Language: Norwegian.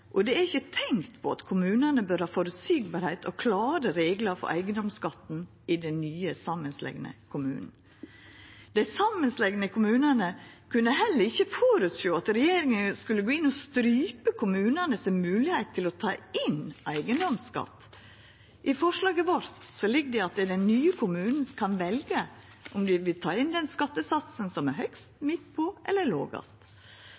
og det er ikkje tenkt på at kommunane bør ha føreseielegheit og klare reglar for eigedomsskatten i den nye, samanslegne kommunen. Dei samanslegne kommunane kunne heller ikkje føresjå at regjeringa skulle gå inn og strypa kommunane sin moglegheit til å ta inn eigedomsskatt. I forslaget vårt ligg det at den nye kommunen kan velja om dei vil ta inn den skattesatsen som er høgst, midt på eller lågast